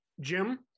jim